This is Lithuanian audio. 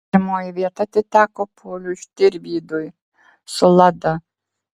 pirmoji vieta atiteko pauliui štirvydui su lada